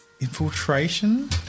Infiltration